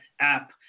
app